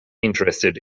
interested